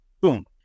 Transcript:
boom